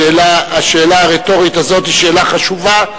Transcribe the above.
השאלה הרטורית הזאת היא שאלה חשובה,